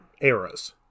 eras